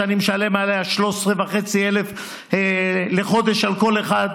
שאני משלם עליה 13,500 לחודש על כל אחד,